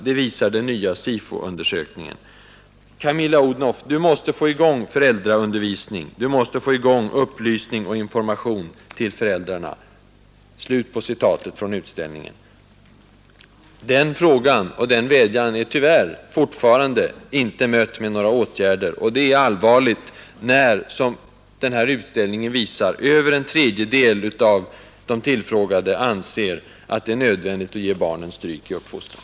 Det visar den nya SIFO-undersökningen. Camilla Odhnoff, Du måste få i gång föräldraundervisning. Du måste få i gång upplysning och information till föräldrarna.” Den frågan och den vädjan har tyvärr fortfarande inte mötts med några åtgärder. Det är allvarligt, eftersom undersökningen visar, att över en tredjedel av de tillfrågade anser, att det är nödvändigt att ge barnen stryk i uppfostran.